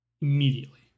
immediately